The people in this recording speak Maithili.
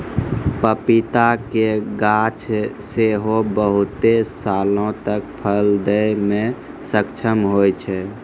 पपीता के गाछ सेहो बहुते सालो तक फल दै मे सक्षम होय छै